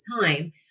time